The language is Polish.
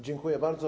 Dziękuję bardzo.